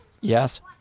Yes